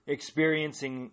experiencing